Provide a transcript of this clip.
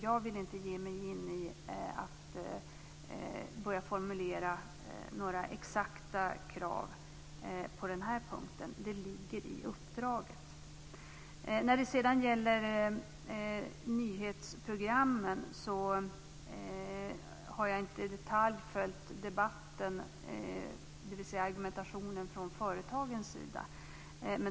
Jag vill inte ge mig in på att börja formulera exakta krav på den här punkten - det ligger i uppdraget. När det sedan gäller nyhetsprogrammen har jag inte i detalj följt debatten, dvs. argumentationen från företagens sida.